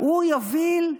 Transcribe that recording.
הוא יוביל,